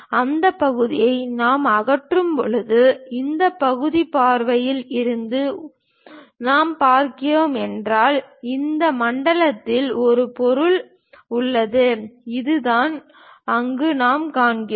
அந்த பகுதியை நாம் அகற்றும்போது இந்த பக்க பார்வையில் இருந்து நாம் பார்க்கிறீர்கள் என்றால் இந்த மண்டலத்தில் ஒரு பொருள் உள்ளது அதுதான் அங்கு நாம் காண்கிறோம்